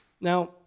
Now